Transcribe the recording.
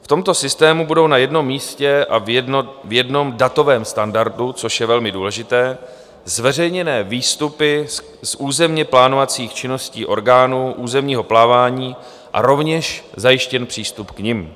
V tomto systému budou na jednom místě a v jednom datovém standardu, což je velmi důležité, zveřejněné výstupy z územněplánovacích činností orgánů územního plánování a rovněž zajištěn přístup k nim.